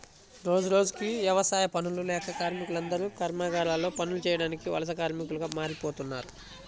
రోజురోజుకీ యవసాయ పనులు లేక కార్మికులందరూ కర్మాగారాల్లో పనులు చేయడానికి వలస కార్మికులుగా మారిపోతన్నారు